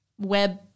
web